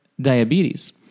diabetes